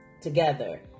together